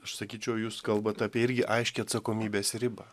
aš sakyčiau jūs kalbat apie irgi aiškią atsakomybės ribą